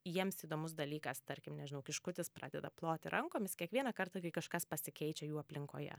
jiems įdomus dalykas tarkim nežinau kiškutis pradeda ploti rankomis kiekvieną kartą kai kažkas pasikeičia jų aplinkoje